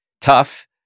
tough